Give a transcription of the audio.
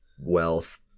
wealth